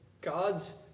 God's